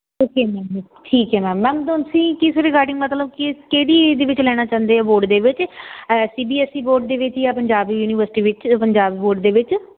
okay ma'am ਠੀਕ ਹੈ ma'am ma'am ਤੁਸੀਂ ਕਿਸ ਰਿਗਾਰਡਿੰਗ ਮਤਲਬ ਕਿ ਕਿਹੜੀ ਇਹਦੇ ਵਿੱਚ ਲੈਣਾ ਚਾਹੁੰਦੇ ਹੋ ਬੋਰਡ ਦੇ ਵਿੱਚ C B S E board ਦੇ ਵਿੱਚ ਜਾਂ ਪੰਜਾਬ ਯੂਨੀਵਰਸਿਟੀ ਵਿੱਚ ਪੰਜਾਬ ਬੋਰਡ ਦੇ ਵਿੱਚ